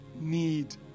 need